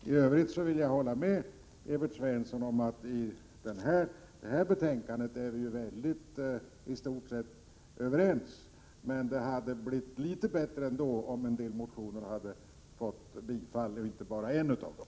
I övrigt håller jag med Evert Svensson om att vi i stort sett är överens när det gäller detta betänkande. Men det hade blivit litet bättre om en del motioner hade tillstyrkts och inte bara en av dem.